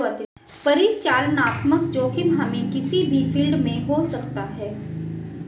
परिचालनात्मक जोखिम हमे किसी भी फील्ड में हो सकता है